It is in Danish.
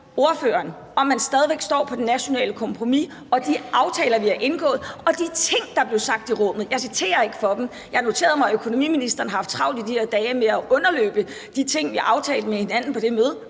ordføreren, om man stadig væk står på det nationale kompromis og de aftaler, vi har indgået, og de ting, der blev sagt på det møde. Jeg vil ikke citere fra det. Jeg har noteret mig, at økonomiministeren har haft travlt i de her dage med at underløbe de ting, vi har aftalt med hinanden på det møde,